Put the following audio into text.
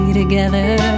together